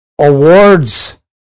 awards